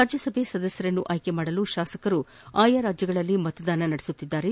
ರಾಜ್ಯಸಭಾ ಸದಸ್ಯರನ್ನು ಆಯ್ಕೆ ಮಾಡಲು ತಾಸಕರು ಆಯಾ ರಾಜ್ಯಗಳಲಿ ಮತದಾನ ಮಾಡಲಿದ್ದು